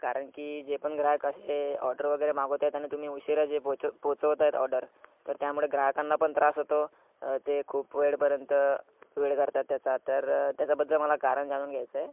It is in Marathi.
कारण की जे पण ग्राहक असे ऑर्डर वगैरे मागवतात आणि तुम्ही उशिरा जे पोचो पोचवत आहेत ऑर्डर तर त्यामुळे ग्राहकांना पण त्रास होतो ते खूप वेळपर्यंत वेळ करतात त्याचा तर त्याचाबद्दल मला कारण जाणून घ्यायचं आहे